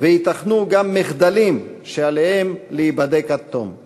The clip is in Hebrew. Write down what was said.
וייתכנו גם מחדלים, ועליהם להיבדק עד תום.